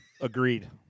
Agreed